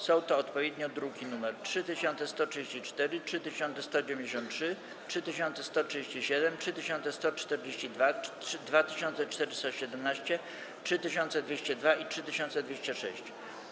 Są to odpowiednio druki nr 3134, 3193, 3137, 3142, 2417, 3202 i 3206.